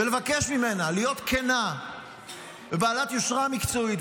ולבקש ממנה להיות כנה ובעלת יושרה מקצועית,